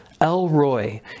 Elroy